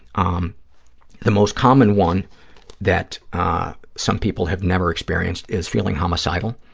um the most common one that some people have never experienced is feeling homicidal,